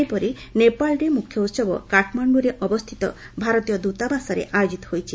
ସେହିପରି ନେପାଳରେ ମୁଖ୍ୟ ଉହବ କାଠମାଷ୍ଣଡ଼ୁରେ ଅବସ୍ଥିତ ଭାରତୀୟ ସୂତାବାସରେ ଆୟୋଜିତ ହୋଇଛି